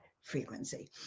frequency